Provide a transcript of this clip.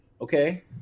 Okay